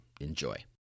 enjoy